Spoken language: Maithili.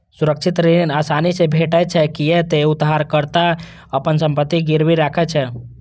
सुरक्षित ऋण आसानी से भेटै छै, कियै ते उधारकर्ता अपन संपत्ति गिरवी राखै छै